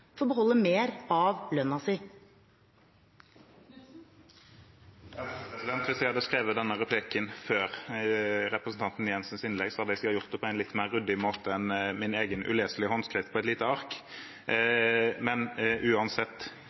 beholde mer av lønna si. Hvis jeg hadde skrevet denne replikken før representanten Jensens innlegg, hadde jeg gjort det på en litt mer ryddig måte enn min egen uleselige håndskrift på et lite ark. Men uansett: